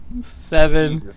seven